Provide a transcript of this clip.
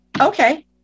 okay